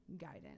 guidance